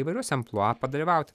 įvairaus amplua padalyvauti